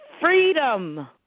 freedom